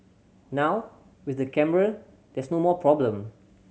now with the camera there's no more problem